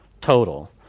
total